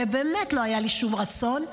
ובאמת לא היה לי שום רצון,